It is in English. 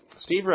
Steve